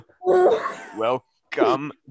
welcome